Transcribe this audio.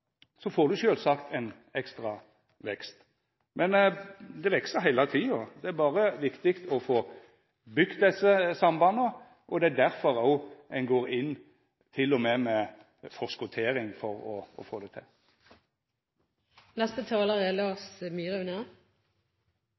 får me sjølvsagt ein ekstra vekst. Men det veks heile tida, det er berre viktig å få bygd desse sambanda, og det er derfor ein òg går inn til og med med forskottering for å få det